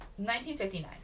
1959